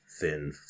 thin